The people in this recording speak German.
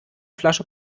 flasche